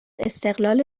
استقلال